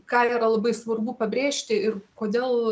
ką yra labai svarbu pabrėžti ir kodėl